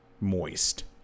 Moist